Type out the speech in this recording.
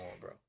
bro